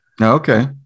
Okay